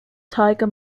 tiger